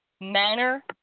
manner